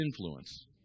influence